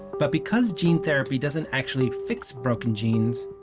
but because gene therapy doesn't actually fix broken genes,